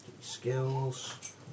skills